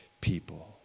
people